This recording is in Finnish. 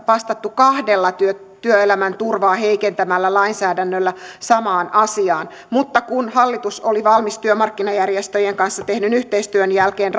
vastattu kahdella työelämän turvaa heikentävällä lainsäädännöllä samaan asiaan mutta kun hallitus oli valmis työmarkkinajärjestöjen kanssa tehdyn yhteistyön jälkeen